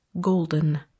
golden